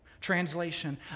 Translation